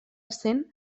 cent